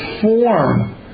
form